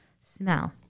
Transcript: smell